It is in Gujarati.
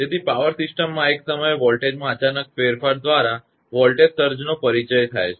તેથી પાવર સિસ્ટમમાં એક સમયે વોલ્ટેજમાં અચાનક ફેરફાર દ્વારા વોલ્ટેજ સર્જવધારોનો પરિચય થાય છે